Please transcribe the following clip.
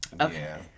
okay